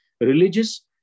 religious